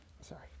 Sorry